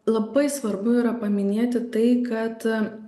labai svarbu yra paminėti tai kad